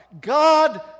God